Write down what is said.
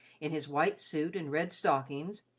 in his white suit and red stockings,